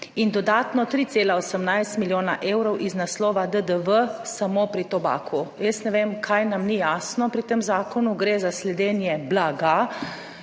in dodatno 3,18 milijona evrov iz naslova DDV, samo pri tobaku. Jaz ne vem, kaj nam ni jasno pri tem zakonu, gre za sledenje blagu,